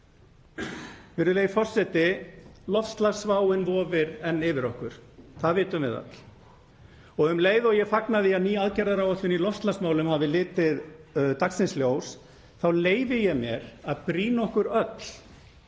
Virðulegi forseti. Loftslagsváin vofir enn yfir okkur. Það vitum við öll. Um leið og ég fagna því að ný aðgerðaáætlun í loftslagsmálum hafi litið dagsins ljós þá leyfi ég mér að brýna okkur öll,